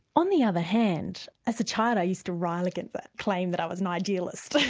on the other hand, as a child i used to rile against the claim that i was an idealist.